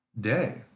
day